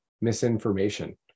misinformation